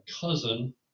cousin